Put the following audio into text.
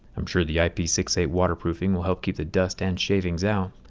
i'm sure the i p six eight waterproofing will help keep the dust and shavings out.